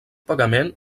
pagament